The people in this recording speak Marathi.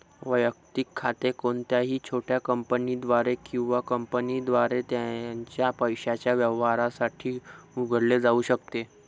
वैयक्तिक खाते कोणत्याही छोट्या कंपनीद्वारे किंवा कंपनीद्वारे त्याच्या पैशाच्या व्यवहारांसाठी उघडले जाऊ शकते